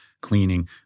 cleaning